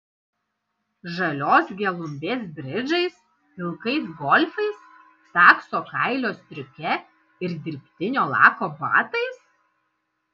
žalios gelumbės bridžais pilkais golfais takso kailio striuke ir dirbtinio lako batais